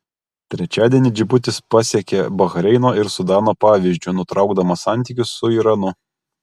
trečiadienį džibutis pasekė bahreino ir sudano pavyzdžiu nutraukdamas santykius su iranu